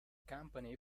company